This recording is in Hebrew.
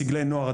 סגלי נוער,